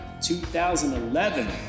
2011